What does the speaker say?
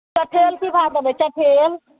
चठेल की भाव देबय चठेल